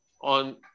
on